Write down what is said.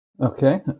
Okay